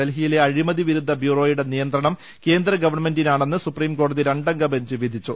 ഡൽഹിയിലെ അഴിമതി വിരുദ്ധ ബ്യൂറോയുടെ നിയന്ത്രണം കേന്ദ്ര ഗവൺമെന്റിനാണെന്ന് സുപീംകോടതി രണ്ടംഗ ബഞ്ച് വിധിച്ചു